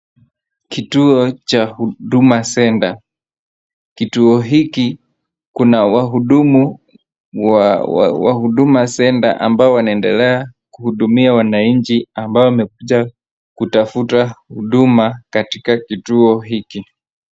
Kituo cha Huduma Centre . Kituo hiki kuna wahudumu wa, wa, wa Huduma Centre ambao wanaendelea kuhudumia wananchi ambao wamekuja kutafuta huduma katika kituo hiki.